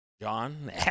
John